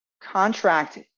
contract